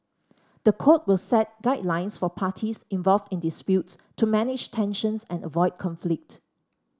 the code will set guidelines for parties involved in disputes to manage tensions and avoid conflict